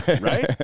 right